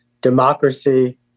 democracy